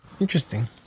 Interesting